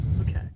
Okay